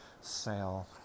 sale